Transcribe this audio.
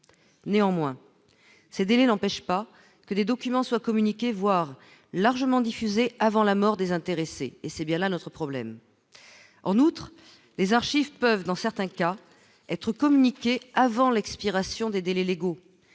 néanmoins ces délais l'empêche pas que les documents soient communiqués voire largement diffusé avant la mort, désintéressé et c'est bien là notre problème en outre les archives peuvent dans certains cas être communiquée avant l'expiration des délais légaux